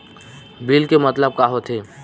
Bill के मतलब का होथे?